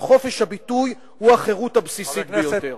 אבל חופש הביטוי הוא החירות הבסיסית ביותר.